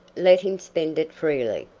let him spend it freely,